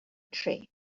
train